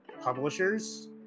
publishers